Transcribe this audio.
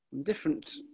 Different